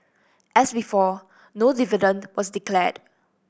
as before no dividend was declared